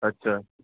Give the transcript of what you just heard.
اچھا